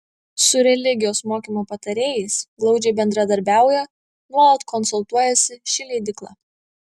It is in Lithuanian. su religijos mokymo patarėjais glaudžiai bendradarbiauja nuolat konsultuojasi ši leidykla